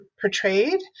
portrayed